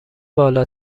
بالا